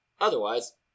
Otherwise